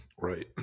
Right